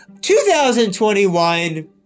2021